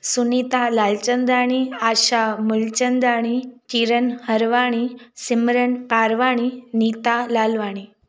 Sunita Lalchandani Asha Mulchandani Kiran Harwani Simran Parwani Nita Lalwani